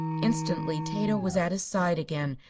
instantly tato was at his side again,